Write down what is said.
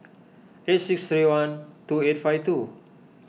eight six three one two eight five two